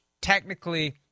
technically